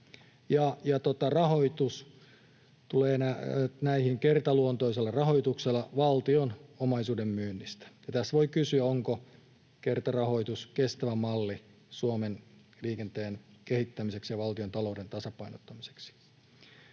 Rahoitus tulee näihin kertaluontoisella rahoituksella valtion omaisuuden myynnistä. Tässä voi kysyä, onko kertarahoitus kestävä malli Suomen liikenteen kehittämiseksi ja valtiontalouden tasapainottamiseksi.